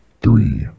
Three